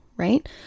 right